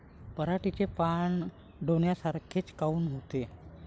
पराटीचे पानं डोन्यासारखे काऊन होते?